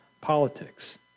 politics